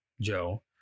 Joe